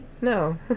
No